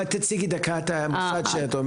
אולי תציגי את המוסד שאת מייצגת.